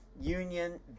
Union